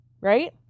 right